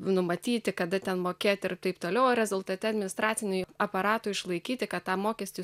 numatyti kada ten mokėti ir taip toliau o rezultate administraciniam aparatui išlaikyti kad tą mokestį